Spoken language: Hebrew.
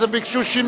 אז הם ביקשו שינוי,